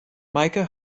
meike